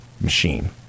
machine